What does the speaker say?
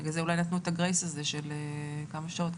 בגלל זה אולי נתנו את הגרייס הזה של כמה שעות,